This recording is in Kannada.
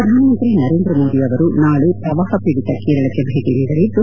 ಪ್ರಧಾನ ಮಂತ್ರಿ ನರೇಂದ್ರ ಮೋದಿ ಅವರು ನಾಳೆ ಪ್ರವಾಹ ಪೀಡಿತ ಕೇರಳಕ್ಕೆ ಭೇಟ ನೀಡಲಿದ್ದು